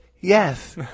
yes